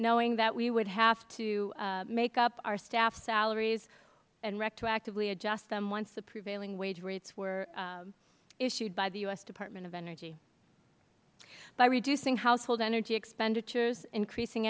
knowing that we would have to make up our staff salaries and retroactively adjust them once the prevailing wage rates were issued by the department of energy by reducing household energy expenditures increasing